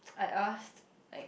I asked like